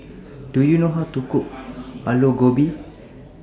Do YOU know How to Cook Aloo Gobi